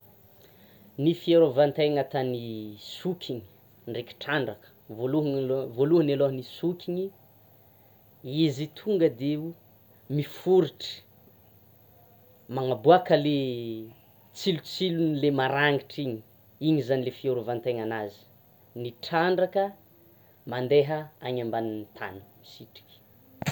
Ny fiarovan-tegna ataon'ny sotriny na ny trandraka, voalohany, vaolohany aloha ny sotriny izy tonga de miforitry, manaboaka le tsilotsilony le maragnitra iny, iny zany fiarovan-tegnanazy, ny trandraka mandeha any ambanin'ny tany misitriky.